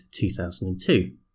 2002